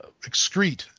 excrete